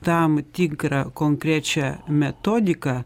tam tikrą konkrečią metodiką